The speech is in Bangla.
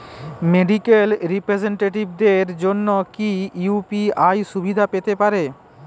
মেডিক্যাল রিপ্রেজন্টেটিভদের জন্য কি ইউ.পি.আই সুবিধা পেতে পারে?